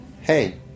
hey